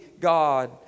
God